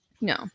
No